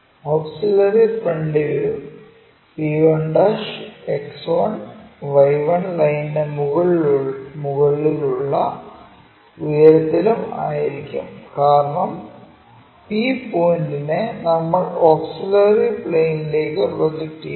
auxiliary front view p1 X1Y1 ലൈനിന് മുകളിലുള്ള ഉയരത്തിലും ആയിരിക്കും കാരണം P പോയിന്റിനെ നമ്മൾ ഓക്സിലറി പ്ലെയിനിലേക്കു പ്രൊജക്റ്റ് ചെയ്യുന്നു